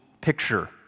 picture